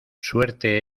suerte